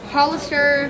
Hollister